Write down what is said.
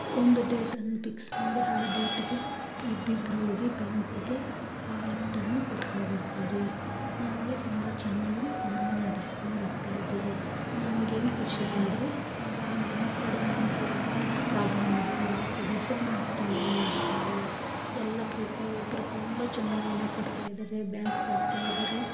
ಒಂದು ಡೇಟನ್ನು ಪಿಕ್ಸ್ ಮಾಡಿ ಆ ಡೇಟಿಗೆ ಇಬ್ಬಿಬ್ಬರು ಹೋಗಿ ಬ್ಯಾಂಕಗೆ ಆ ಅಮೌಂಟನ್ನು ಕಟ್ಕೊ ಬರ್ತಿರಿ ನಾವು ತುಂಬ ಚೆನ್ನಾಗಿ ಸಂಘ ನಡೆಸ್ಕೊಂಡು ಹೋಗ್ತಾಯಿದಿರಿ ನನ್ಗೇನು ಖುಷಿ ಅಂದರೆ ನಾನು ನಮ್ಮ ಕಡೆಯಿಂದ ಯಾರದು ಪ್ರಾಬ್ಲಮ್ಮಿಲ್ಲ ಯಾವ ಸದಸ್ಯರು ನಂಗೆ ತೊಂದರೆ ಮಾಡ್ತಾಯಿಲ್ಲ ಎಲ್ಲ ಪ್ರತಿ ಒಬ್ಬರು ತುಂಬ ಚೆನ್ನಾಗ್ ಹಣ ಕಟ್ತಾಯಿದಾರೆ ಬ್ಯಾಂಕ್ಗೆ ಹೋಗ್ತಯಿದಾರೆ